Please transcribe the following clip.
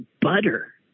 butter